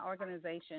organization